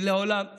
שלעולם,